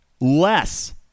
less